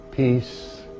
Peace